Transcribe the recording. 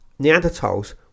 Neanderthals